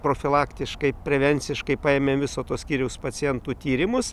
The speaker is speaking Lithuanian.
profilaktiškai prevenciškai paėmėm viso to skyriaus pacientų tyrimus